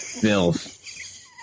filth